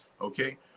Okay